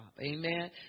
Amen